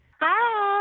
Hi